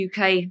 uk